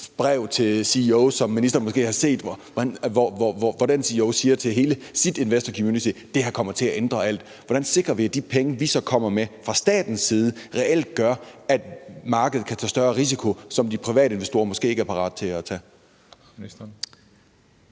brev, som ministeren måske har set, hvor CEO'en siger til hele sit investor community, at det her kommer til at ændre alt. Hvordan sikrer vi, at de penge, vi så kommer med fra statens side, reelt gør, at markedet kan tage større risiko, som de private investorer måske ikke er parate til at tage? Kl.